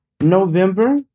November